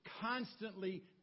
constantly